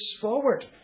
forward